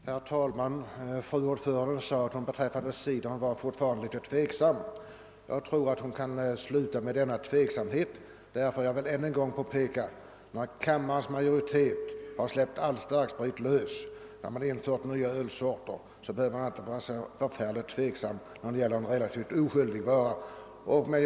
Herr talman! Utskottsordföranden sade att hon fortfarande var tveksam beträffande cider. Jag tror hon kan sluta upp att vara tveksam. När kammarens majoritet tidigare har släppt all starksprit lös och infört nya ölsorter behöver man inte vara så tveksam när det gäller en så relativt oskyldig dryck som cider.